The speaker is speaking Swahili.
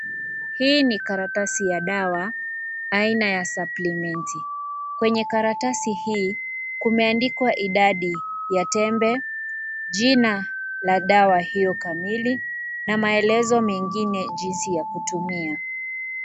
Hii ni karatasi ya dawa aina ya supplement , kwenye karatasi hii kumeandikwa idadi ya tembe, jina la dawa hiyo kamili na maelezo mengine jinsi ya kutumia.